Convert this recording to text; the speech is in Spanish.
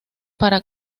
para